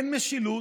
אין משילות,